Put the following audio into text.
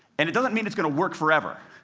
and it doesn't mean it's going to work forever.